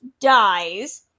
dies